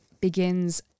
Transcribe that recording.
begins